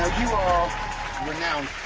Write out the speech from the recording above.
you are renowned